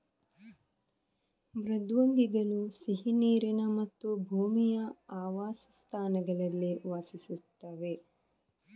ಮೃದ್ವಂಗಿಗಳು ಸಿಹಿ ನೀರಿನ ಮತ್ತು ಭೂಮಿಯ ಆವಾಸಸ್ಥಾನಗಳಲ್ಲಿ ವಾಸಿಸುತ್ತವೆ